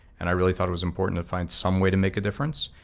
and i really thought it was important to find some way to make a difference.